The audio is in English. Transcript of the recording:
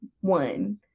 One